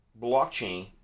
blockchain